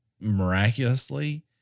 miraculously